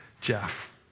Jeff